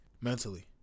Mentally